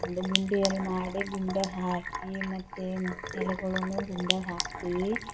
ಅದು ಗುಂಡಿಯಲ್ಲಿ ಮಾಡಿ ಗುಂಡ್ಯಾಗೆ ಹಾಕಿ ಮತ್ತೆ ಎಲೆಗಳನ್ನು ಗುಂಡ್ಯಾಗ ಹಾಕ್ತೀವಿ